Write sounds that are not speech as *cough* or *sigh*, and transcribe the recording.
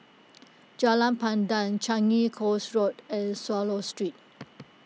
*noise* Jalan Pandan Changi Coast Walk and Swallow Street